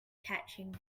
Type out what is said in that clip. catching